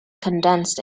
condensed